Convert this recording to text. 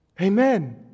Amen